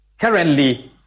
currently